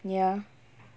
ya